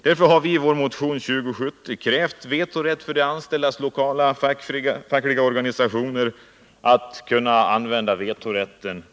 Därför har vi i vår motion 2070 krävt vetorätt för de anställdas lokala fackliga organisationer beträffande användningen av datorsystem.